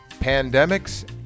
Pandemics